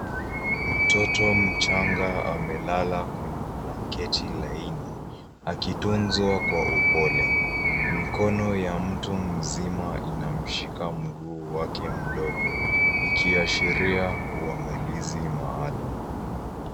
Mtoto mchanga amelala kwenye blanketi laini akitunzwa kwa upole. Mikono ya mtu mzima inamshika mguu wake mdogo ikiashiria uangalizi maalum.